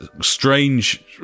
strange